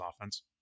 offense